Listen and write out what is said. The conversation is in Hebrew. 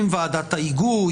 עם ועדת ההיגוי,